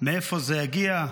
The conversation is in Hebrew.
מאיפה זה יגיע,